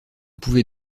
pouvait